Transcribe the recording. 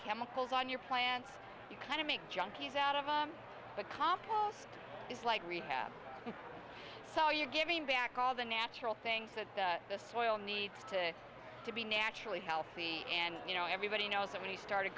chemicals on your plants you kind of make junkies out of and the compost is like rehab so you're giving back all the natural things that the soil needs to to be naturally healthy and you know everybody knows that we started